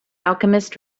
alchemist